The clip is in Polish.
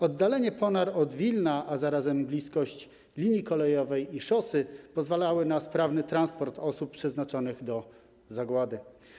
Oddalenie Ponar od Wilna, a zarazem bliskość linii kolejowej i szosy pozwalały na sprawny transport osób przeznaczonych do zagłady.